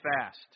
fast